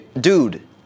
dude